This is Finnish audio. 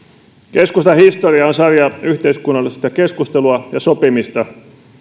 keskustan historia on sarja yhteiskunnallista keskustelua ja sopimista